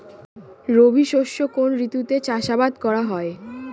রবি শস্য কোন ঋতুতে চাষাবাদ করা হয়?